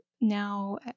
now